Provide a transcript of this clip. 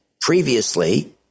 previously